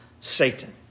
Satan